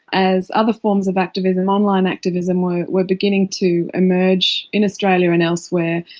as other forms of activism, online activism, were were beginning to emerge in australia and elsewhere,